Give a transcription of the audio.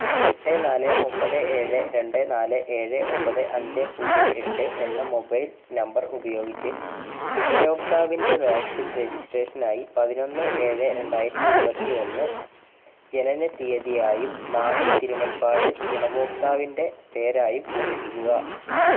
എട്ട് നാല് ഒമ്പത് ഏഴ് രണ്ട് നാല് ഏഴ് ഒമ്പത് അഞ്ച് പൂജ്യം എട്ട് എന്ന മൊബൈൽ നമ്പർ ഉപയോഗിച്ച് ഉപയോക്താവിന്റെ വാക്സിൻ രജിസ്ട്രേഷനായി പതിനൊന്ന് ഏഴ് രണ്ടായിരത്തി ഇരുപത്തിയൊന്ന് ജനന തീയതിയായും നാണി തിരുമുൽപ്പാട് ഗുണഭോക്താവിന്റെ പേരായും പൂരിപ്പിക്കുക